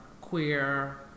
queer